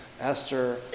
Esther